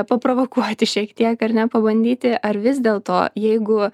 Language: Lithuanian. paprovokuoti šiek tiek ar ne pabandyti ar vis dėlto jeigu